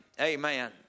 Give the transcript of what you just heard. Amen